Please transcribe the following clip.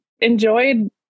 enjoyed